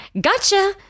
Gotcha